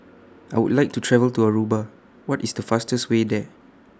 I Would like to travel to Aruba What IS The fastest Way There